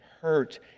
hurt